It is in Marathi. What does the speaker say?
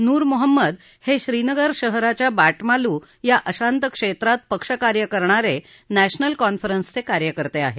नूर मोहम्मद हे श्रीनगर शहराच्या बाटमालू या अशांत क्षेत्रात पक्षकार्य करणारे नॅशनल कॉन्फरन्सचे कार्यकर्ते आहेत